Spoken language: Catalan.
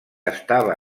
estava